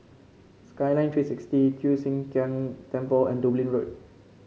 Skyline Three sixty Kiew Sian King Temple and Dublin Road